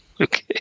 okay